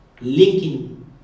linking